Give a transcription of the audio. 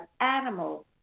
animals